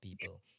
people